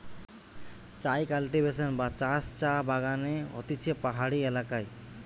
চায় কাল্টিভেশন বা চাষ চা বাগানে হতিছে পাহাড়ি এলাকায়